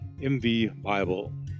mvbible